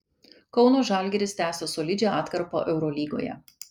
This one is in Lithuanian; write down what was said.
kauno žalgiris tęsia solidžią atkarpą eurolygoje